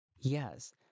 Yes